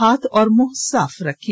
हाथ और मुंह साफ रखें